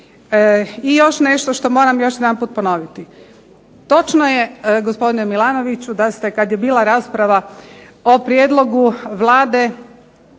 I još nešto što moram još jedanput ponoviti. Točno je gospodine Milanoviću da ste kad je bila rasprava o prijedlogu Vlade